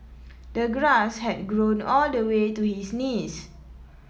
the grass had grown all the way to his knees